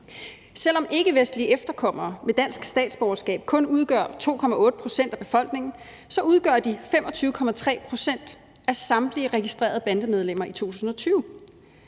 Selv om ikkevestlige efterkommere med dansk statsborgerskab kun udgør 2,8 pct. af befolkningen, udgør de 25,3 pct. af samtlige registrerede bandemedlemmer i 2020.